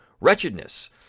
wretchedness